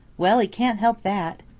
well, he can't help that.